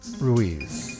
Ruiz